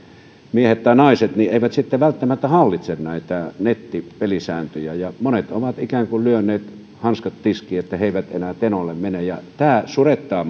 miehet tai naiset eivät sitten välttämättä hallitse näitä nettipelisääntöjä että monet ovat ikään kuin lyöneet hanskat tiskiin että he eivät enää tenolle mene ja tämä surettaa